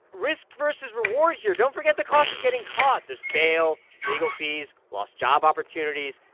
risk versus reward here. don't forget the cost of getting caught. there's bail, legal fees, lost job opportunities,